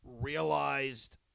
Realized